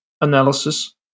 analysis